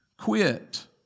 Quit